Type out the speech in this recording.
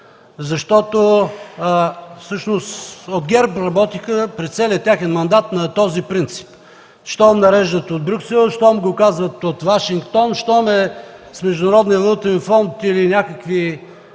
Всъщност от ГЕРБ работиха през целия техен мандат на този принцип – щом нареждат от Брюксел, щом казват от Вашингтон, щом е с Международния валутен фонд или някои